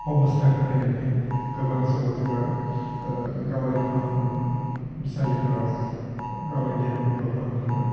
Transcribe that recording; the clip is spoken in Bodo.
अब'स्थाखौ नायनानै गोबां समाव जोङो गावारि फाहामसालिफोराव गावनि देहाफोरखौ फाहामनो